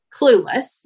clueless